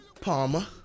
Palmer